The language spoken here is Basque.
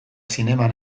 zineman